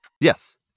yes